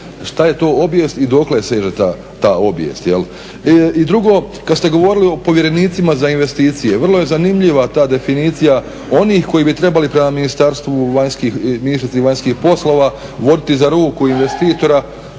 Šta je to obijest i dokle seže ta obijest? I drugo, kad ste govorili o povjerenicima za investicije, vrlo je zanimljiva ta definicija onih koji bi trebali prema ministarstvu, ministrici vanjskih poslova voditi za ruku investitora